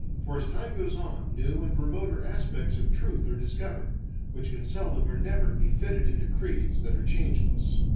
for as time goes on, new and remoter aspects of truth are discovered which can seldom or never be fitted into creeds that are changeless.